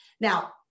Now